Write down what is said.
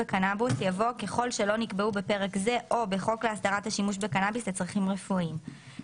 זה רק לבדיקת שאריות.